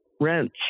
rents